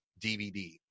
DVD